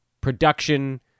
production